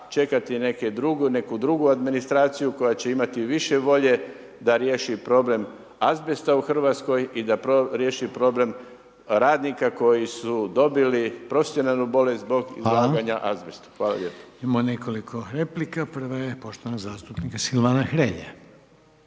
čekati neku drugu administraciju koja će imati više volje da riješi problem azbesta u Hrvatskoj i da riješi problem radnika koji su dobili profesionalnu bolest zbog izlaganja azbestu. … /Upadica Reiner: Hvala./… Hvala lijepa. **Reiner, Željko (HDZ)** Imamo nekoliko replika. Prva je poštovanog zastupnika Silvana Hrelje.